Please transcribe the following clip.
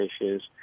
issues